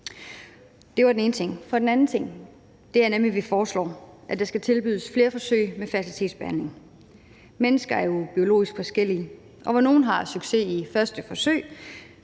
Det var den ene ting. Kl. 13:47 Den anden ting er, at vi foreslår, at der skal tilbydes flere forsøg med fertilitetsbehandling. Mennesker er jo biologisk forskellige, og hvor nogle har succes i første forsøg